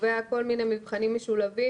קובע כל מיני מבחנים משולבים